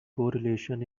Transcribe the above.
correlation